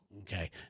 Okay